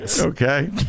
Okay